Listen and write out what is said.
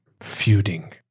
feuding